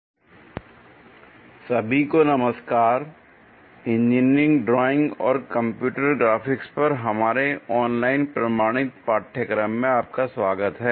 orthographic projection I part 5 सभी को नमस्कार l इंजीनियरिंग ड्राइंग और कंप्यूटर ग्राफिक्स पर हमारे ऑनलाइन प्रमाणित पाठ्यक्रम में आपका स्वागत है